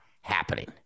happening